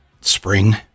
spring